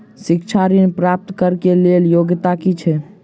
शिक्षा ऋण प्राप्त करऽ कऽ लेल योग्यता की छई?